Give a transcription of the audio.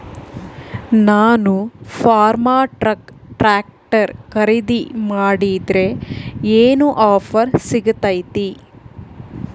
ನಾನು Farmtrac tractor ಖರೇದಿ ಮಾಡಿದ್ರೆ ಏನು ಆಫರ್ ಸಿಗ್ತೈತಿ?